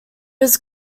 was